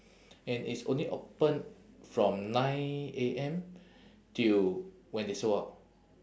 and it's only open from nine A_M till when they sold out